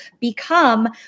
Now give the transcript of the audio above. become